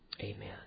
Amen